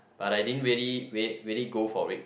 but I didn't really re~ really go for it